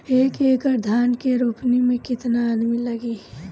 एक एकड़ धान के रोपनी मै कितनी आदमी लगीह?